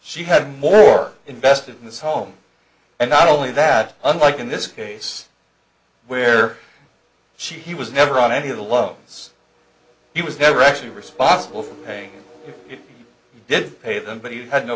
she had more invested in this home and not only that unlike in this case where she was never on any of the loans he was never actually responsible for paying he did pay them but he had no